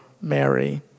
Mary